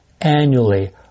annually